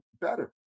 better